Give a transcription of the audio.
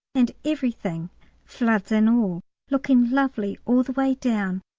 and everything floods and all looking lovely all the way down.